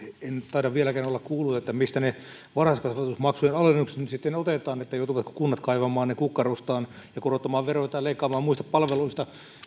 taida vieläkään olla kuullut mistä ne varhaiskasvatusmaksujen alennukset nyt sitten otetaan että joutuvatko kunnat kaivamaan ne kukkarostaan ja korottamaan veroja tai leikkaamaan muista palveluista